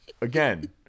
Again